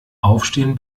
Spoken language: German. aufstehen